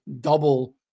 double